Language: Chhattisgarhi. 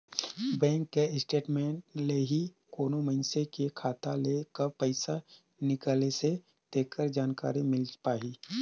बेंक स्टेटमेंट ले ही कोनो मइनसे के खाता ले कब पइसा निकलिसे तेखर जानकारी मिल पाही